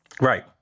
Right